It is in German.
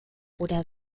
oder